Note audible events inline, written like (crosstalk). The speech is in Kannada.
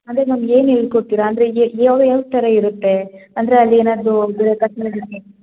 ಅಂದರೆ ಮ್ಯಾಮ್ ಏನು ಹೇಳಿ ಕೊಡ್ತೀರಾ ಅಂದರೆ ಯಾವ ಯಾವ ಥರ ಇರುತ್ತೆ ಅಂದರೆ ಅಲ್ಲಿ ಏನಾದರೂ (unintelligible)